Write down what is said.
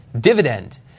dividend